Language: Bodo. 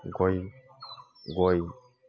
गय